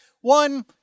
One